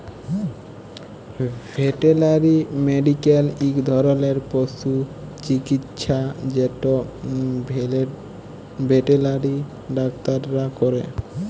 veterinary medical ইক ধরলের পশু চিকিচ্ছা যেট ভেটেলারি ডাক্তাররা ক্যরে